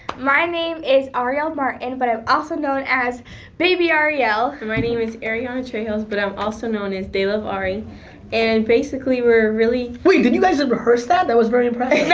my name is ariel martin and but i'm also known as babyariel. my name is ariana trehills but i'm also known as theylovearii and basically we're really wait, did you guys rehearse that? that was very impressive. yeah